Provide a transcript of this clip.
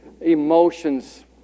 emotions